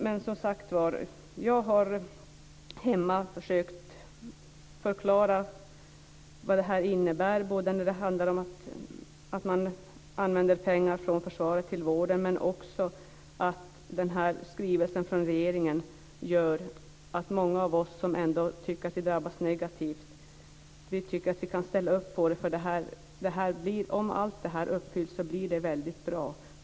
Men, som sagt, jag har hemma försökt att förklara vad detta innebär, att man använder pengar från försvaret till vården. Skrivelsen från regeringen gör att många av oss som tycker att vi drabbas negativt kan ändå ställa upp på detta. Om allt uppfylls blir det väldigt bra.